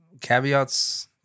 caveats